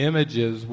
Images